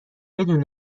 بدون